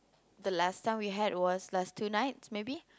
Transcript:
the last time we had was last two nights maybe